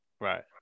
Right